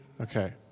Okay